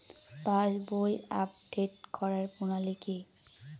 পাসবই update করার প্রণালী কি?